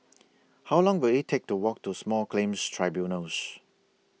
How Long Will IT Take to Walk to Small Claims Tribunals